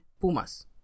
Pumas